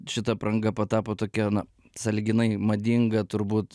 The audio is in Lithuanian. šita apranga patapo tokia na sąlyginai madinga turbūt